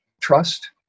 Trust